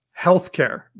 healthcare